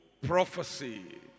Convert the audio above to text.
prophecy